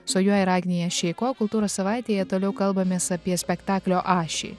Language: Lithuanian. su juo ir agnija šeiko kultūros savaitėje toliau kalbamės apie spektaklio ašį